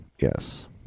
Yes